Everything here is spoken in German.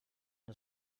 das